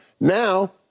Now